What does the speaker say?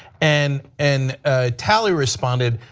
and and ah talley responded,